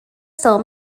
still